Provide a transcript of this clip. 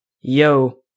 yo